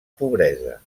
pobresa